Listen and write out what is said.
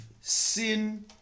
sin